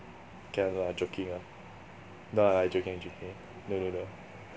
can lah joking lah no lah I joking joking no no no